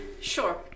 Sure